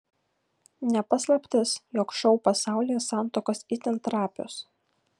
ne paslaptis jog šou pasaulyje santuokos itin trapios